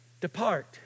depart